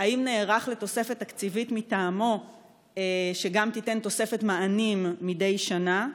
האם הוא נערך לתוספת תקציבית מטעמו שגם תיתן תוספת מענים מדי שנה?